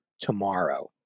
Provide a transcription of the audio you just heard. tomorrow